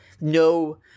no